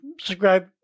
subscribe